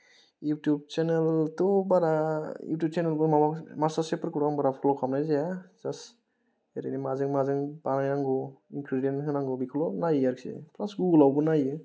YouTube सेनेलथ' बारा ओ युटुब सेनेलाव माबा मास्तारचेफफोरखौ बारा फल' खालामनाय जाया जास्त ओरैनो माजों माजों बानायनांगौ इनग्रेदियेन्त होनांगौ बेखौल' नायो आरोखि प्लास गुगलावबो नायो